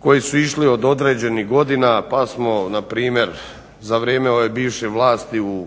koji su išli od određenih godina pa smo npr. za vrijeme ove bivše vlasti u